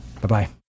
Bye-bye